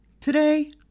Today